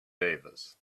davis